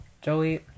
Joey